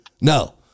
No